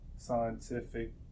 Scientific